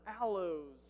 aloes